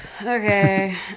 okay